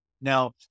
Now